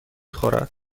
خورد